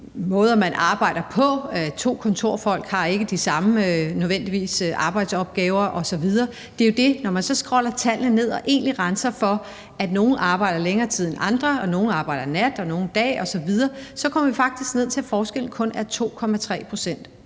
måder, man arbejder på; to kontorfolk har ikke nødvendigvis de samme arbejdsopgaver osv. Det er jo sådan, at når man så scroller ned og renser tallene for, at nogle egentlig arbejder længere tid end andre, og at nogle arbejder om natten og nogle om dagen osv., så kommer vi faktisk ned til, at forskellen kun er 2,3 pct.